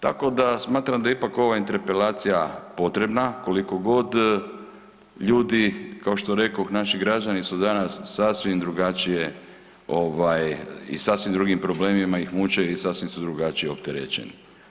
Tako da smatram da ipak ova interpelacija potrebna koliko god ljudi, kao što rekoh naši građani su danas sasvim drugačije i sasvim drugi problemima ih muče i sasvim su drugačije opterećeni.